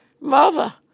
mother